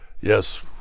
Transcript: yes